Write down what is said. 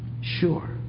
Sure